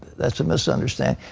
that's a misunderstanding.